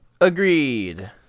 Agreed